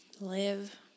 live